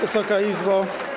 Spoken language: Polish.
Wysoka Izbo.